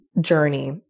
journey